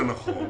זה נכון,